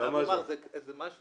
זאת בעיה.